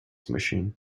machine